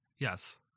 Yes